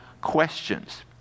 questions